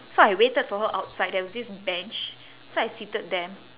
so I waited for her outside there was this bench so I seated there